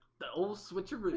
the old switcharoo!